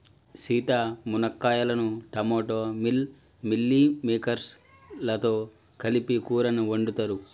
సీత మునక్కాయలను టమోటా మిల్ మిల్లిమేకేర్స్ లతో కలిపి కూరని వండుతారు